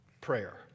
prayer